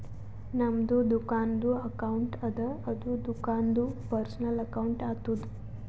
ನಮ್ದು ದುಕಾನ್ದು ಅಕೌಂಟ್ ಅದ ಅದು ದುಕಾಂದು ಪರ್ಸನಲ್ ಅಕೌಂಟ್ ಆತುದ